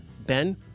Ben